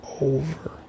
over